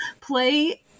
play